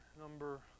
number